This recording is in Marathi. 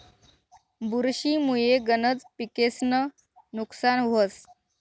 बुरशी मुये गनज पिकेस्नं नुकसान व्हस